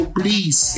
please